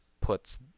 puts